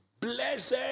Blessed